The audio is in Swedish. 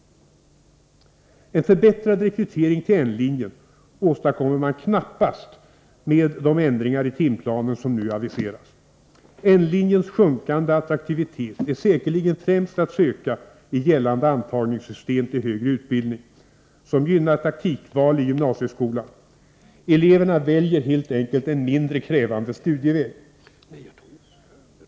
En förbättrad rekrytering till N-linjen åstadkommer man knappast med de ändringar i timplanen som nu aviseras. Orsaken till N-linjens sjunkande attraktivitet är säkerligen främst att söka i gällande antagningssystem till högre utbildning, som gynnar taktikval i gymnasieskolan. Eleverna väljer helt enkelt en mindre krävande studieväg.